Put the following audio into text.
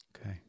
okay